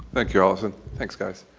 thanks, yeah allison. thanks, guys.